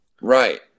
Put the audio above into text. Right